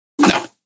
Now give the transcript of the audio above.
No